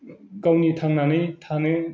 गावनि थांनानै थानो